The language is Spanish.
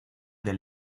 del